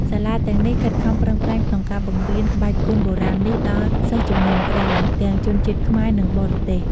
សាលាទាំងនេះខិតខំប្រឹងប្រែងក្នុងការបង្រៀនក្បាច់គុនបុរាណនេះដល់សិស្សជំនាន់ក្រោយ ទាំងជនជាតិខ្មែរ និងបរទេស។